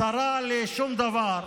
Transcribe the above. השרה לשום דבר: